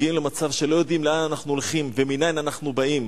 מגיעים למצב שלא יודעים לאן אנחנו הולכים ומנין אנחנו באים,